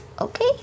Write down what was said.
Okay